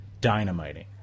dynamiting